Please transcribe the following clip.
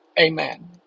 amen